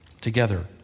together